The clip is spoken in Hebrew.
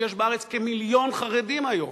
שיש בארץ כמיליון חרדים היום,